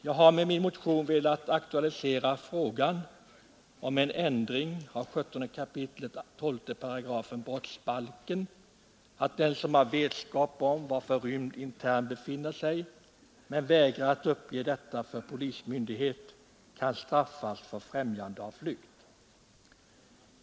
Jag har med min motion velat aktualisera frågan om en ändring av 17 kap. 128 brottsbalken, som stadgar att den som har vetskap om var förrymd intern befinner sig men vägrar att uppge detta för polismyndighet kan straffas för främjande av flykt.